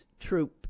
troop